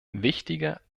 wichtige